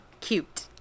Cute